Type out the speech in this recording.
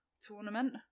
tournament